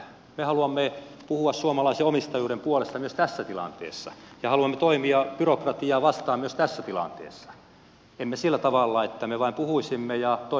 me haluamme puhua suomalaisen omistajuuden puolesta myös tässä tilanteessa ja haluamme toimia byrokratiaa vastaan myös tässä tilanteessa emme sillä tavalla että me vain puhuisimme ja että toimisimme toisin